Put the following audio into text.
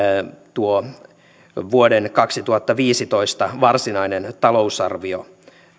tuo vuoden kaksituhattaviisitoista varsinainen talousarvio